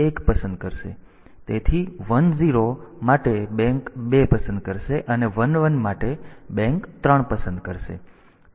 તેથી 1 0 બેંક 2 પસંદ કરશે અને 1 1 બેંક 3 પસંદ કરશે